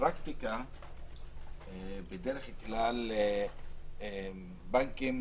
בפרקטיקה בדרך כלל בנקים,